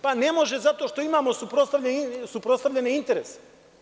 Pa ne može, zato što imamo suprotstavljene interese.